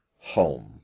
home